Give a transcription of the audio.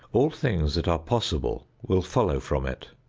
all things that are possible will follow from it.